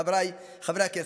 חבריי חברי הכנסת,